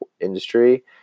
industry